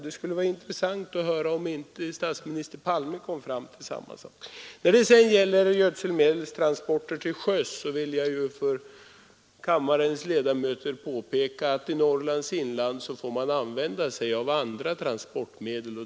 Det skulle vara intressant att höra om inte statsminister Palme kom fram till samma uppfattning. När det sedan gäller gödselmedelstransporter till sjöss vill jag för kammarens ledamöter påpeka att i Norrlands inland får man använda andra transportmedel.